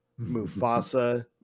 Mufasa